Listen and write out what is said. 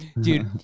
Dude